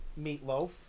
Meatloaf